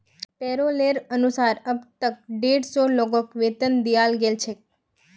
पैरोलेर अनुसार अब तक डेढ़ सौ लोगक वेतन दियाल गेल छेक